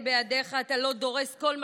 אתה לא דורס כל מה שבדרך,